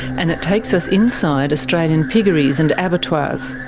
and it takes us inside australian piggeries and abattoirs,